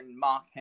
Mark